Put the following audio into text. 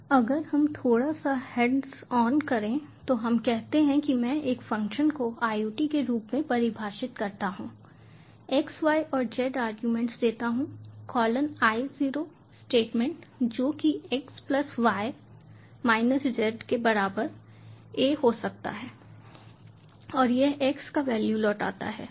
अगर हम थोड़ा सा हैंड्स ऑन करें तो हम कहते हैं कि मैं एक फ़ंक्शन को IOT के रूप में परिभाषित करता हूं xy और z आरगुमेंट्स देता हूं कॉलन io स्टेटमेंट जो कि x plus y minus z के बराबर a हो सकता है और यह x का वैल्यू लौटाता है सही